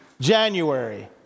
January